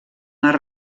les